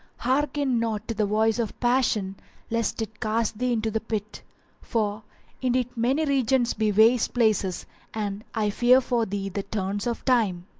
hearken not to the voice of passion lest it cast thee into the pit for indeed many regions be waste places and i fear for thee the turns of time.